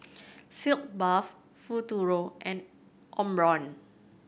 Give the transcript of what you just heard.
Sitz Bath Futuro and Omron